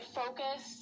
focus